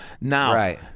Now